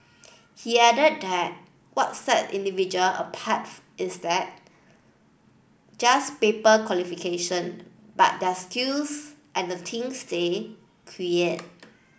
he added that what sets individual apart is that just paper qualification but their skills and the things they create